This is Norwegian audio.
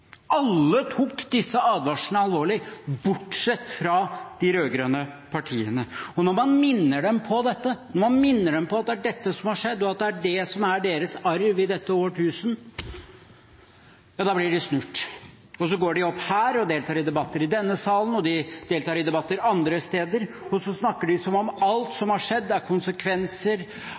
Alle tok disse advarslene alvorlig, bortsett fra de rød-grønne partiene. Når man minner dem på dette, når man minner dem på at det er dette som har skjedd, og at det er det som er deres arv i dette årtusen, ja da blir de snurt, og så går de opp her og deltar i debatter i denne salen, og de deltar i debatter andre steder, og snakker som om alt som har skjedd, er konsekvenser